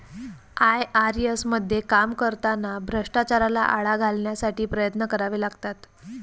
IRS मध्ये काम करताना भ्रष्टाचाराला आळा घालण्यासाठी प्रयत्न करावे लागतात